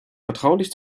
vertraulich